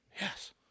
yes